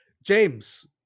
James